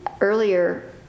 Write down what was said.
earlier